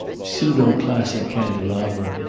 pseudo-classic candelabra,